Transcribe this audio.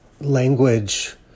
language